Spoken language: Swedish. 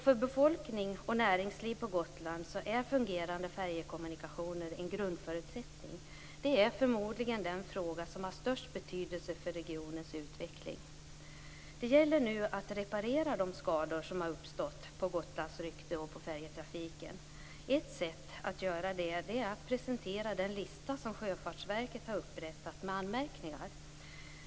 För befolkning och näringsliv på Gotland är fungerande färjekommunikationer en grundförutsättning. Det är förmodligen den fråga som har störst betydelse för regionens utveckling. Det gäller nu att reparera de skador som har uppstått på Gotlands rykte och på färjetrafiken. Ett sätt att göra det är att presentera den lista med anmärkningar som Sjöfartsverket har upprättat.